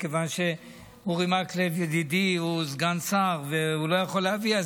מכיוון שאורי מקלב ידידי הוא סגן שר והוא לא יכול להביא.